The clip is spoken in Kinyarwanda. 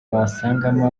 wasangamo